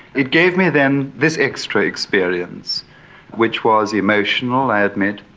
it gave me then this extra experience which was emotional, i admit,